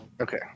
Okay